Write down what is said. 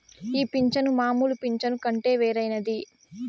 ఈ పింఛను మామూలు పింఛను కంటే వేరైనది